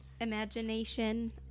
imagination